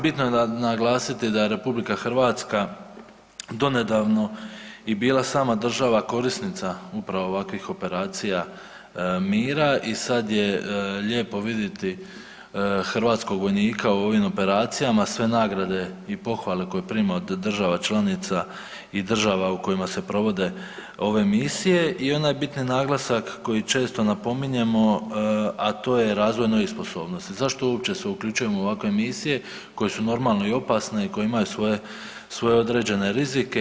Bitno je naglasiti da je RH donedavno i bila sama država korisnica upravo ovakvih operacija mira i sad je lijepo vidjeti hrvatskog vojnika u ovim operacijama, sve nagrade i pohvale koje prima od država članica i država u kojima se provode ove misije i onaj bitni naglasak koji često napominjemo, a to je … sposobnosti, zašto uopće se uključujemo ovakve misije koje su opasne i koje imaju svoje određene rizike.